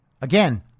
again